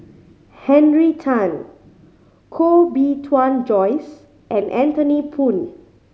Henry Tan Koh Bee Tuan Joyce and Anthony Poon